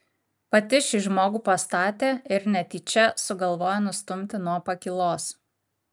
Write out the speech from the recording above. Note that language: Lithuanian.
pati šį žmogų pastatė ir netyčia sugalvojo nustumti nuo pakylos